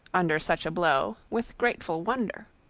under such a blow, with grateful wonder.